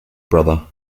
brother